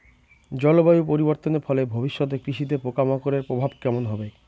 জলবায়ু পরিবর্তনের ফলে ভবিষ্যতে কৃষিতে পোকামাকড়ের প্রভাব কেমন হবে?